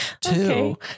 Two